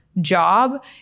job